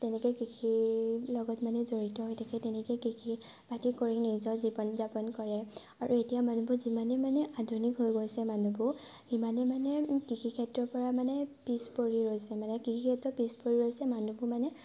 তেনেকৈ কৃষিৰ লগত মানে জড়িত হৈ থাকে তেনেকৈ কৃষি বাতি কৰি নিজৰ জীৱন যাপন কৰে আৰু এতিয়া মানুহবোৰে যিমানে মানে আধুনিক হৈ গৈছে মানুহবোৰ সিমানে মানে কৃষিক্ষেত্ৰৰ পৰা মানে পিছ পৰি ৰৈছে মানে কৃষি ক্ষেত্ৰ পিছ পৰি ৰৈছে মানুহবোৰ মানে